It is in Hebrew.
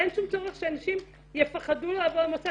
ואין שום צורך שאנשים יפחדו לעבור למוסד.